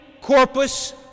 corpus